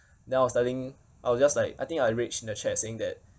then I was telling I was just like I think I raged in the chat saying that